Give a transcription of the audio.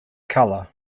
color